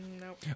Nope